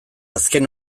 azken